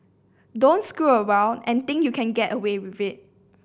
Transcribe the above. don't screw around and think you can get away with it